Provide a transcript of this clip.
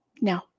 No